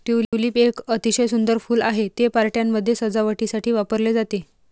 tulip एक अतिशय सुंदर फूल आहे, ते पार्ट्यांमध्ये सजावटीसाठी वापरले जाते